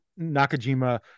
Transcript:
Nakajima